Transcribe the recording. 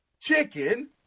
chicken